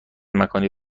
مکانی